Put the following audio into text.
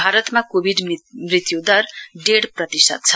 भारतमा कोविड मृत्यु दर डेढ़ प्रतिशत छ